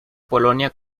polonia